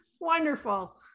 Wonderful